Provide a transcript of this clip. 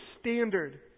standard